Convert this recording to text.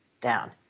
down